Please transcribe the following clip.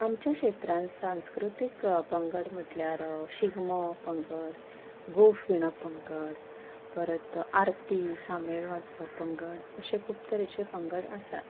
आमच्या क्षेत्रान सांस्कृतीक पंगड म्हटल्यार शिगमो पंगड गोफ विणप पंगड परत आरती सामेळ वाजोवप पंगड अशे खूब तरेचे पंगड आसात